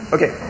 Okay